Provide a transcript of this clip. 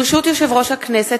ברשות יושב-ראש הכנסת,